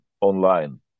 online